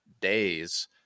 days